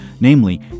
namely